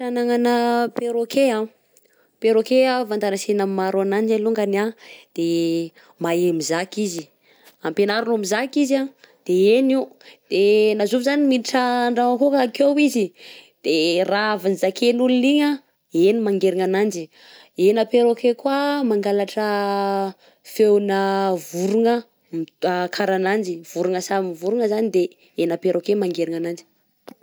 Toetra anagnana perroquet an, perroquet an afantarantsena maro ananjy alongany a de mahe mizaka izy, ampenarinao mizaka izy an de heny io de na zovy zany miditra an-dragno akao ka akeo izy de raha avy nizaken'olona igny a heny mangerigna ananjy, hena perroquet koà mangalatra feona vorogna kara ananjy vorogna samy vorogna zany de hena perroquet mangerigna ananjy.